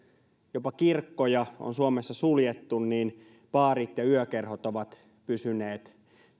jopa kirkkoja on suomessa suljettu niin baarit ja yökerhot ovat pysyneet